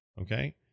Okay